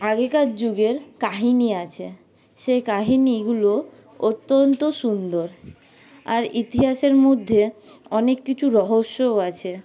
আগেকার যুগের কাহিনী আছে সেই কাহিনীগুলো অত্যন্ত সুন্দর আর ইতিহাসের মধ্যে অনেক কিছু রহস্যও আছে